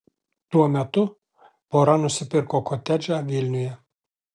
tuo metu pora nusipirko kotedžą vilniuje